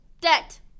debt